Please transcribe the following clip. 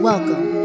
Welcome